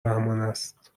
رحمانست